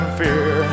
fear